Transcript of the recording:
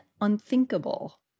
unthinkable